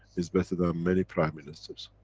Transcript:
it's better than many prime ministers.